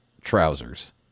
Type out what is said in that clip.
trousers